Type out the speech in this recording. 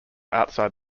outside